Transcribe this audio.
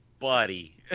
buddy